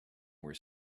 were